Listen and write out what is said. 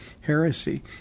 heresy